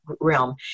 realm